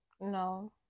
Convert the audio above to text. no